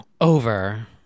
Over